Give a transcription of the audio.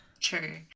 true